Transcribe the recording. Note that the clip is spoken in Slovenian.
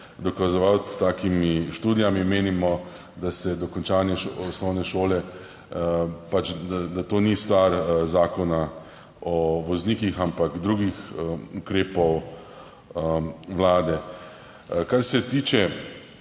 dokazoval s takimi študijami. Menimo, da dokončanje osnovne šole ni stvar Zakona o voznikih, ampak drugih ukrepov Vlade. Kar se tiče